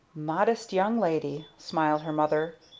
modest young lady, smiled her mother.